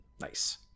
Nice